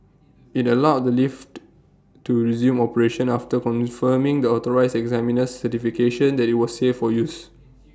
IT allowed the lift to resume operation after confirming the authorised examiner's certification that IT was safe for use